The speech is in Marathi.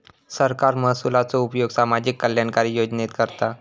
सरकार महसुलाचो उपयोग सामाजिक कल्याणकारी योजनेत करता